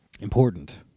Important